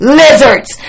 lizards